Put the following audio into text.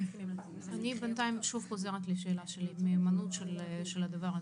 אני בינתיים שוב חוזרת לשאלה של המהימנות של הדבר הזה.